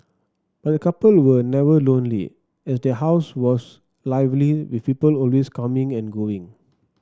but the couple were never lonely as their house was lively with people always coming and going